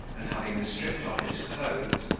and having stripped off his clothes,